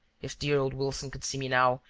if dear old wilson could see me now,